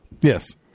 Yes